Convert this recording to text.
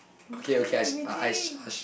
meeting meeting